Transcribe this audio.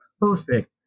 perfect